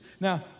Now